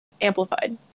amplified